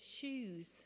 shoes